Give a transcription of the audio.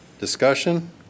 Discussion